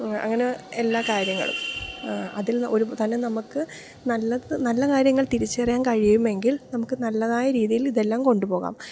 അങ്ങനെ എല്ലാ കാര്യങ്ങളും അതിൽ ഒരു തന്നെ നമുക്ക് നല്ല കാര്യങ്ങൾ തിരിച്ചറിയാൻ കഴിയുമെങ്കിൽ നമുക്കു നല്ലതായ രീതിയിൽ ഇതെല്ലാം കൊണ്ടുപോകാം